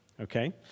Okay